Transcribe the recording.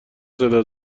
صدا